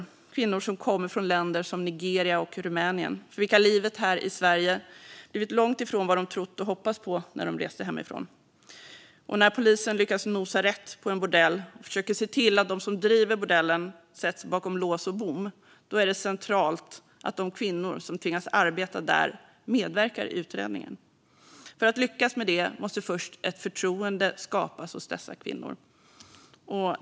Det är kvinnor som kommer från länder som Nigeria och Rumänien, för vilka livet här i Sverige blivit långt ifrån vad de trott och hoppats på när de reste hemifrån. När polisen lyckats nosa rätt på en bordell, och försöker att se till att de som driver bordellen sätts bakom lås och bom, då är det centralt att de kvinnor som tvingats arbeta där medverkar i utredningen. För att lyckas med det måste först ett förtroende skapas hos dessa kvinnor.